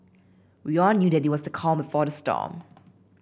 we all knew that it was the calm before the storm